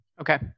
Okay